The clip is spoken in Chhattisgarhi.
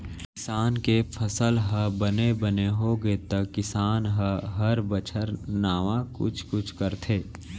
किसान के फसल ह बने बने होगे त किसान ह हर बछर नावा कुछ कुछ करथे